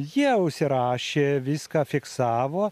jie užsirašė viską fiksavo